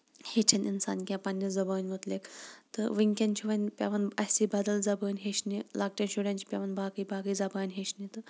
ہیٚچھن اِنسان کینہہ پَنٕنہِ زَبٲنۍ مُتعلِق تہٕ وٕنکین چھ وۄنۍ پیوان اَسہِ بدل زَبٲنۍ ہیٚچھنہِ لۄکٔٹین شُرین چھِ پیوان باقٕے باقٕے زَبان ہیٚچھننہِ تہٕ